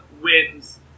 wins